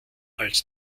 als